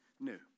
new